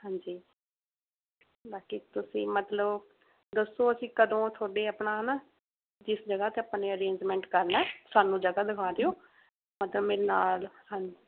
ਹਾਂਜੀ ਬਾਕੀ ਤੁਸੀਂ ਮਤਲਬ ਦੱਸੋ ਅਸੀਂ ਕਦੋਂ ਤੁਹਾਡੇ ਆਪਣਾ ਨਾ ਜਿਸ ਜਗ੍ਹਾ 'ਤੇ ਆਪਾਂ ਨੇ ਅਰੇਂਜਮੈਂਟ ਕਰਨਾ ਹੈ ਸਾਨੂੰ ਜਗ੍ਹਾ ਦਿਖਾ ਦਿਉ ਮਤਲਬ ਮੇਰੇ ਨਾਲ ਹਾਂਜੀ